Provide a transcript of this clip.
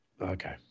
okay